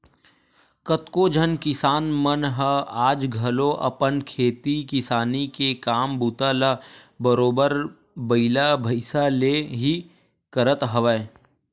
कतको झन किसान मन ह आज घलो अपन खेती किसानी के काम बूता ल बरोबर बइला भइसा ले ही करत हवय